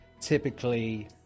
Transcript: typically